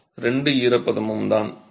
மாணவர் இரண்டு ஈரப்பதமும்